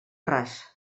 ras